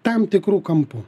tam tikru kampu